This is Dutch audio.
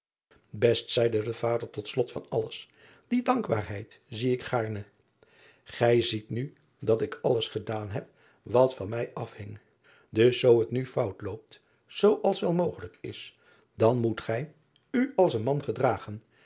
est zeide de vader tot slot van alles die dankbaarheid zie ik gaarne ij ziet nu dat ik alles gedaan heb wat van mij afhing dus zoo het nu fout loopt zoo als wel mogelijk is dan moet gij u als een man gedragen